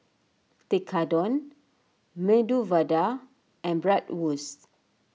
Tekkadon Medu Vada and Bratwurst